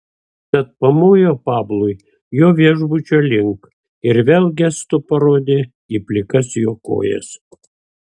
tad pamojo pablui jo viešbučio link ir vėl gestu parodė į plikas jo kojas